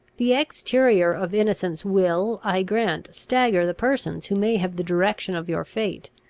the exterior of innocence will, i grant, stagger the persons who may have the direction of your fate,